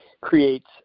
creates